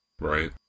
Right